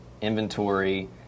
inventory